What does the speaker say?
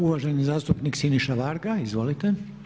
Uvaženi zastupnik Siniša Varga, izvolite.